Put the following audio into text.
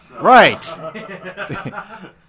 Right